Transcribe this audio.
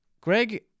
Greg